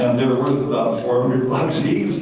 they're worth about four hundred bucks each.